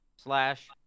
Slash